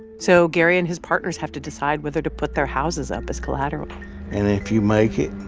so gary and his partners have to decide whether to put their houses up as collateral and if you make it,